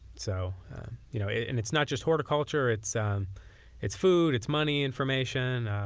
so you know and it's not just horticulture. it's it's food. it's money information.